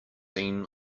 seen